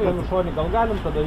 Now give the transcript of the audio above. janušoni gal galim tada